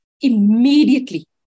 immediately